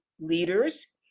leaders